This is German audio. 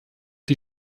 die